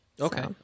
okay